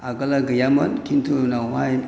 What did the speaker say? आगोलहाय गैयामोन खिन्थु उनावहाय